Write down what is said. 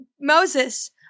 Moses